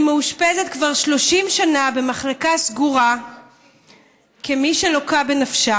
היא מאושפזת כבר 30 שנה במחלקה סגורה כמי שלוקה בנפשה,